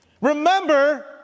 Remember